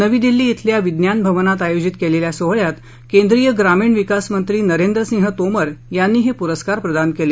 नवी दिल्ली इथल्या विज्ञान भवनात आयोजित केलेल्या सोहळयात केंद्रिय ग्रामीण विकास मंत्री नेंरद्रेसिंह तोमर यांनी हे पुरस्कार प्रदान केले